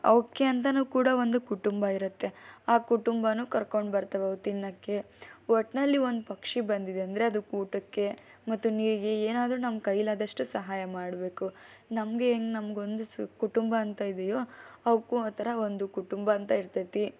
ಅವಕ್ಕೆ ಅಂತಾ ಕೂಡ ಒಂದು ಕುಟುಂಬ ಇರುತ್ತೆ ಆ ಕುಟುಂಬನು ಕರ್ಕೊಂಡು ಬರ್ತವೆ ಅವು ತಿನ್ನೋಕ್ಕೆ ಒಟ್ಟಿನಲ್ಲಿ ಒಂದು ಪಕ್ಷಿ ಬಂದಿದೆ ಅಂದರೆ ಅದಕ್ಕೆ ಊಟಕ್ಕೆ ಮತ್ತು ನೀರಿಗೆ ಏನಾದರೂ ನಮ್ಮ ಕೈಲಾದಷ್ಟು ಸಹಾಯ ಮಾಡಬೇಕು ನಮಗೆ ಹೆಂಗ್ ನಮ್ಗೆ ಒಂದು ಸು ಕುಟುಂಬ ಅಂತ ಇದೆಯೋ ಅವುಕ್ಕು ಆ ಥರ ಒಂದು ಕುಟುಂಬ ಅಂತ ಇರ್ತೈತೆ